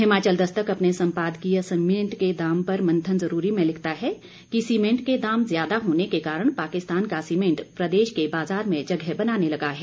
हिमाचल दस्तक अपने सम्पादकीय सीमेंट के दाम पर मंथन जरूरी में लिखता है कि सीमेंट के दाम ज्यादा होने के कारण पाकिस्तान का सीमेंट प्रदेश के बाजार में जगह बनाने लगा है